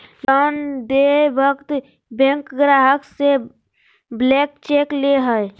loan देय वक्त bank ग्राहक से ब्लैंक चेक ले हइ